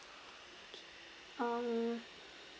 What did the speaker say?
okay um